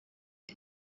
uko